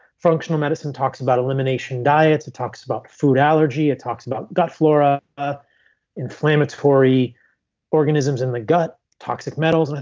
functional medicine talks about elimination diets. it talks about food allergy. it talks about gut flora ah inflammatory organisms in the gut, toxic metals. i